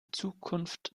zukunft